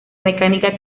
mecánica